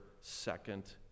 second